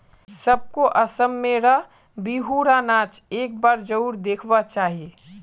सबको असम में र बिहु र नाच एक बार जरुर दिखवा चाहि